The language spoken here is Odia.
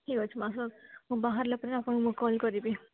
ଠିକ୍ ଅଛି ମୁଁ ବାହାରିଲା ପରେ ଆପଣଙ୍କୁ କଲ୍ କରିବି